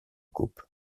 coupe